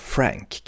Frank